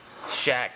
Shaq